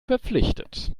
verpflichtet